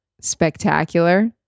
spectacular